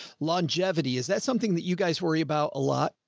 longevity. is that something that you guys worry about a lot?